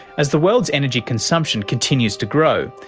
as the world's energy consumption continues to grow,